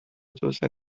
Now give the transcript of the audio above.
توسعه